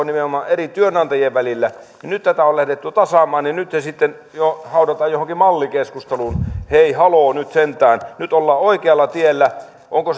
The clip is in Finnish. nimenomaan eri työnantajien välillä ja nyt tätä on lähdetty tasaamaan niin nyt se sitten jo haudataan johonkin mallikeskusteluun hei haloo nyt sentään nyt ollaan oikealla tiellä onko